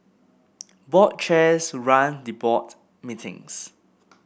board chairs run the board meetings